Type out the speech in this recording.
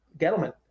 Gentlemen